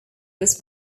was